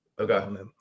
Okay